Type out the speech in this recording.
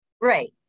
Right